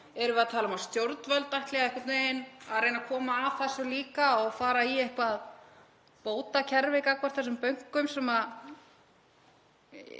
erum við að tala um að stjórnvöld ætli að einhvern veginn að reyna að koma að þessu líka og fara í eitthvert bótakerfi gagnvart þessum bönkum, sem